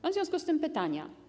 Mam w związku z tym pytania.